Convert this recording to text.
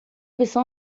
pessoa